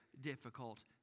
difficult